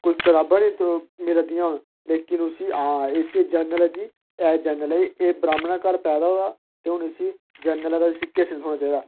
कोई कताबा नेंई मिला दियां होन लेकिन उसी आ इसी जनरल ऐ जी ऐ जनरल ऐ एह् ब्राह्मणें घर पैदा होआ हून इसी जनरल ऐ ते इसी कि्श निं थ्होना चाहिदा